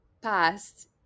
past